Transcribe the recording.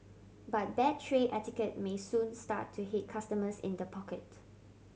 but bad tray etiquette may soon start to hit customers in the pocket